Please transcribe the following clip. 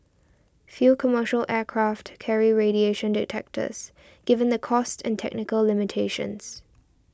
few commercial aircraft carry radiation detectors given the costs and technical limitations